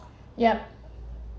yup